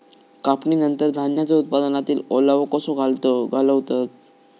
कापणीनंतर धान्यांचो उत्पादनातील ओलावो कसो घालवतत?